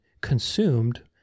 consumed